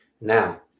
now